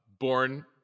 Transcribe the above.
Born